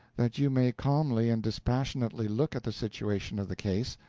that you may calmly and dispassionately look at the situation of the case,